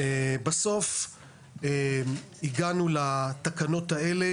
בסוף הגענו לתקנות האלה,